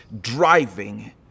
driving